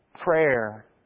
Prayer